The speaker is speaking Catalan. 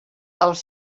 els